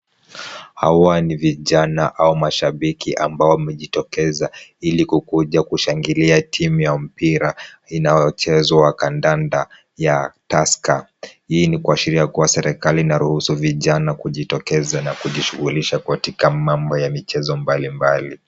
Hawa ni vijana au mashabiki ambao wamejitokeza ilikukuja kushangilia timu ya mpira inayochezwa kandanda ya Tusker hii ni kuashiria kuwa serikali inaruhusu vijana kujitokeza na kujishughulisha katika mambo ya michezo mbali mbali.